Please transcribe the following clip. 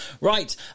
Right